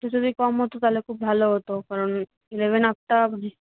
একটু যদি কম হতো তালে খুব ভালো হতো কারণ ইলেভেন আপটা